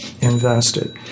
invested